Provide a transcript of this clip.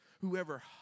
Whoever